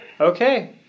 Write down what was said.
Okay